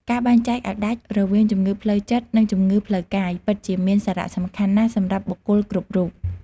ការបែងចែកឱ្យដាច់រវាងជំងឺផ្លូវចិត្ត និងជំងឺផ្លូវកាយ ពិតជាមានសារៈសំខាន់ណាស់សម្រាប់បុគ្គលគ្រប់រួប។